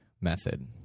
method